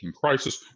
crisis